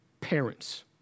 parents